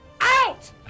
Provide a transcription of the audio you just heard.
out